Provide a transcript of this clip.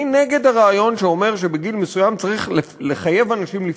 אני נגד הרעיון שאומר שבגיל מסוים צריך לחייב אנשים לפרוש.